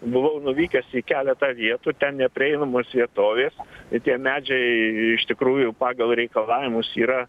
buvau nuvykęs į keletą vietų ten neprieinamos vietovės ir tie medžiai iš tikrųjų pagal reikalavimus yra